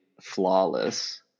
flawless